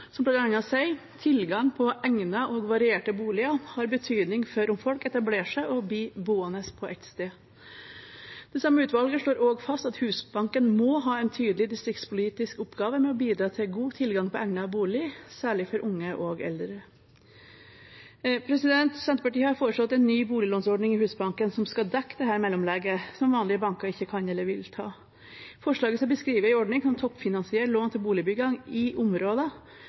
som bl.a. sier: «Tilgang på egnede og varierte boliger har betydning for om folk etablerer seg og blir boende på et sted.» Det samme utvalget slår også fast at Husbanken må ha en tydelig distriktspolitisk oppgave med å bidra til god tilgang på egnede boliger særlig for unge og eldre. Senterpartiet har foreslått en ny boliglånsordning i Husbanken som skal dekke det mellomlegget som vanlige banker ikke kan eller vil ta. I forslaget beskriver vi en ordning som toppfinansierer lån til boligbygging i områder